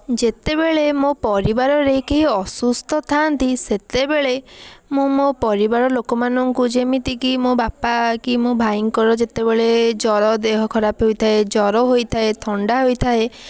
ଯେତେବେଳେ ମୋ ପରିବାରରେ କେହି ଅସୁସ୍ଥ ଥାଆନ୍ତି ସେତେବେଳେ ମୁଁ ମୋ ପରିବାର ଲୋକମାନଙ୍କୁ ଯେମିତିକି ମୋ ବାପା କି ମୋ ଭାଇଙ୍କର ଯେତେବେଳେ ଜ୍ଵର ଦେହ ଖରାପ ହୋଇଥାଏ ଜ୍ଵର ହୋଇଥାଏ ଥଣ୍ଡା ହୋଇଥାଏ